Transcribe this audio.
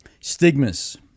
stigmas